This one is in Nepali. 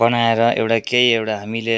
बनाएर एउटा केही एउटा हामीले